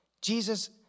Jesus